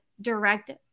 direct